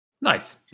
Nice